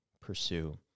pursue